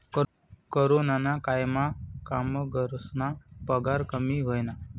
कोरोनाना कायमा कामगरस्ना पगार कमी व्हयना